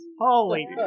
Holy